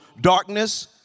darkness